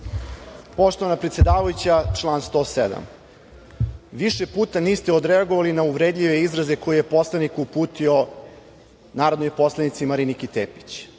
Poštovana predsedavajuća, član 107.Više puta niste odreagovali na uvredljive izraze koje je poslanik uputio narodnoj poslanici Mariniki Tepić.